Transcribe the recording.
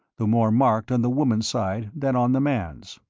the more marked on the woman's side than on the man's.